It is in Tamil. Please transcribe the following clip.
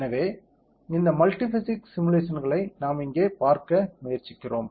எனவே இந்த மல்டி பிசிக்ஸ் சிமுலேஷன்ஸ்களை நாம் இங்கே பார்க்க முயற்சிக்கிறோம்